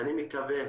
ואני מקווה,